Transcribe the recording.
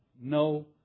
no